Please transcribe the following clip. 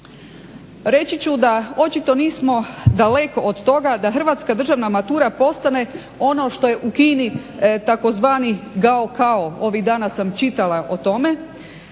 Reći ću da očito nismo daleko od toga da hrvatska državna matura postane ono što je u Kini tzv. gaokao. Ovih dana sam čitala o tome.